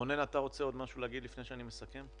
רונן, אתה רוצה להגיד עוד משהו לפני שאני מסכם?